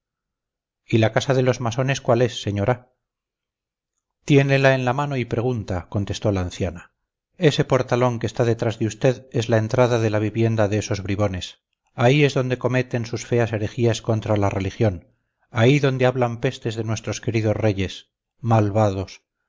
y la casa de los masones cuál es señora tiénela en la mano y pregunta contestó la anciana ese portalón que está detrás de usted es la entrada de la vivienda de esos bribones ahí es donde cometen sus feas herejías contra la religión ahí donde hablan pestes de nuestros queridos reyes malvados